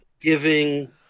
giving